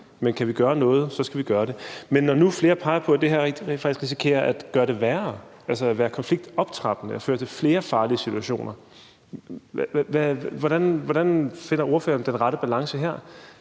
vi kan gøre noget, skal vi gøre det. Men når nu flere peger på, at det her rent faktisk risikerer at gøre det værre, altså være konfliktoptrappende og føre til flere farlige situationer, hvordan finder ordføreren så den rette balance her?